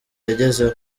yagezeho